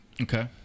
Okay